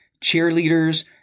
cheerleaders